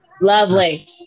Lovely